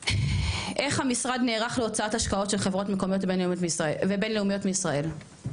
איך המשרד נערך להוצאת השקעות של חברות מקומיות ובינלאומיות מישראל,